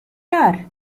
car